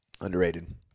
Underrated